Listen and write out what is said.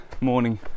morning